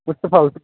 Mustafa Hussain